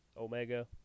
Omega